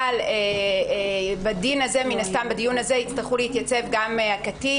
אבל בדיון הזה יצטרכו להתייצב גם הקטין